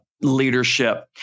leadership